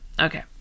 Okay